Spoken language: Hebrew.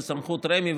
זה בסמכות רמ"י,